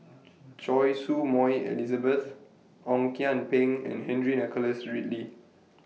Choy Su Moi Elizabeth Ong Kian Peng and Henry Nicholas Ridley